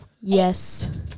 Yes